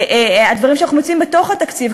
הדברים שאנחנו מוצאים בתוך התקציב,